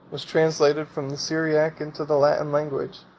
was translated from the syriac into the latin language,